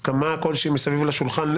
הסכמה מסביב לשולחן,